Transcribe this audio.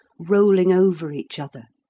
rolling over each other.